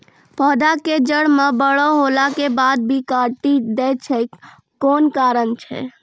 पौधा के जड़ म बड़ो होला के बाद भी काटी दै छै कोन कारण छै?